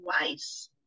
wise